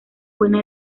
buena